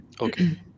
Okay